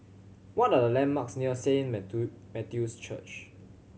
what are the landmarks near Saint Matthew's Church